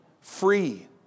free